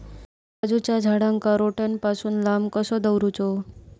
काजूच्या झाडांका रोट्या पासून लांब कसो दवरूचो?